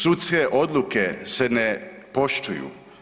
Sudske odluke se ne poštuju.